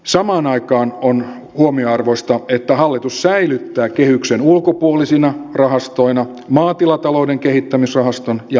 samaan aikaan on huomionarvoista että hallitus säilyttää kehyksen ulkopuolisina rahastoina maatilatalouden kehittämisrahaston ja asuntorahaston